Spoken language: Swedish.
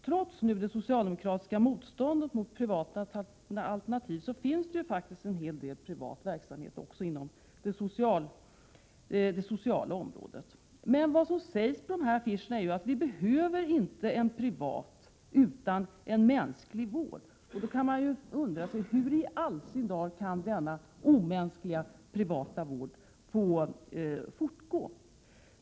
Trots det socialdemokratiska motståndet mot privata alternativ finns det en hel del privat verksamhet också inom det sociala området. På affischerna sägs alltså att vi inte behöver en privat utan en mänsklig vård. Då kan man undra hur i all sin dar denna omänskliga privata vård kan få fortgå.